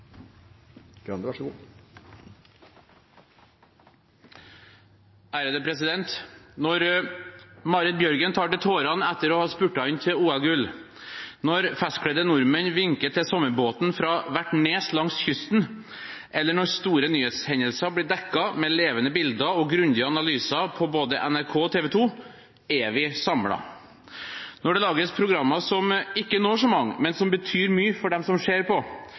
å ha spurtet inn til OL-gull, når festkledde nordmenn vinker til «Sommerbåten» fra hvert nes langs kysten, eller når store nyhetshendelser blir dekket med levende bilder og grundige analyser på både NRK og TV 2, da er vi samlet. Når det lages programmer som ikke når så mange, men som betyr mye for dem som ser på,